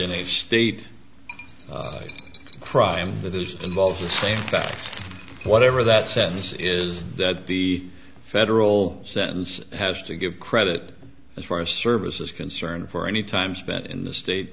in a state crime that is involved is saying that whatever that sentence is that the federal sentence has to give credit as far as service is concerned for any time spent in the state